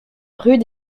rue